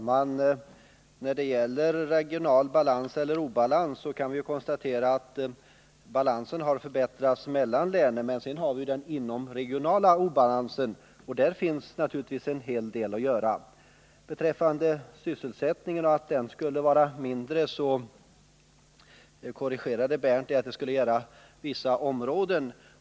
Herr talman! Vi kan konstatera att den regionala balansen har förbättrats mellan länen. Men sedan har vi den inomregionala obalansen, och där finns naturligtvis en hel del att göra. Bernt Nilsson korrigerade sig när han sade att den mindre sysselsättningen bara gällde vissa områden.